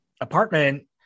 apartment